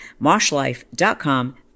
moshlife.com